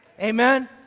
Amen